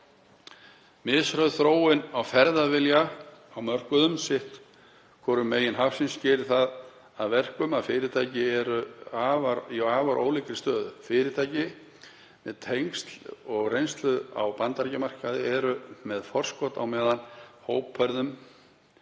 Mishröð þróun á ferðavilja á mörkuðum sitt hvoru megin hafsins gerir það að verkum að fyrirtæki eru í afar ólíkri stöðu. Fyrirtæki með tengsl og reynslu á Bandaríkjamarkaði eru með forskot á meðan […]